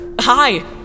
Hi